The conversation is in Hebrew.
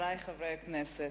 חברי חברי הכנסת,